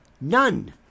None